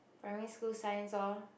primary school science orh